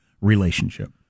relationship